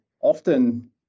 Often